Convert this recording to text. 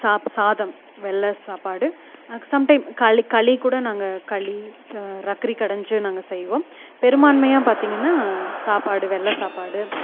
சா சாதம் வெள்ளை சாப்பாடு சம் டைம் களி களி கூட நாங்கள் களி ரக்கிரி கடைஞ்சி நாங்கள் செய்வோம் பெருமான்மையாக பார்த்தீங்கன்னா சாப்பாடு வெள்ளை சாப்பாடு